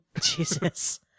Jesus